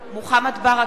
מוחמד ברכה,